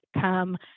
come